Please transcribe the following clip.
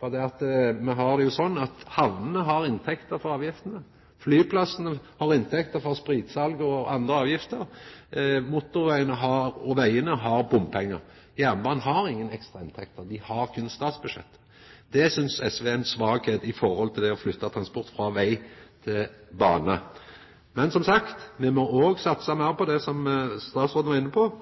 Det er sånn at hamnene har inntekter frå avgiftene, flyplassane har inntekter frå spritsal og andre avgifter, motorvegane og vegane har bompengar. Jernbanen har ingen ekstrainntekter, dei har berre statsbudsjettet. Det synest SV er ei svakheit i forhold til det å flytta transport frå veg til bane. Men, som sagt: Me må òg satsa meir på det som statsråden var inne på,